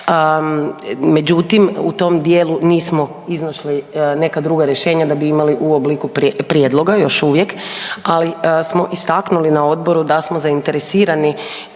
Međutim, u tom dijelu nismo iznašli neka druga rješenja da bi imali u obliku prijedloga još uvijek, ali smo istaknuli na odboru da smo zainteresirani